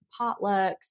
potlucks